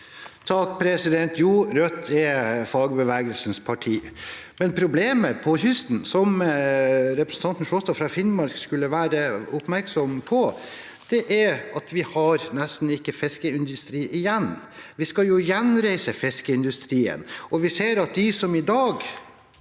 (R) Jo, Rødt er fagbeve- gelsens parti, men problemet på kysten, som representanten Sjåstad fra Finnmark burde være oppmerksom på, er at vi nesten ikke har fiskeindustri igjen. Vi skal gjenreise fiskeindustrien. Vi ser at de som i dag